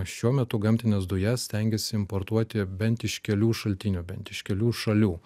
šiuo metu gamtines dujas stengiasi importuoti bent iš kelių šaltinių bent iš kelių šalių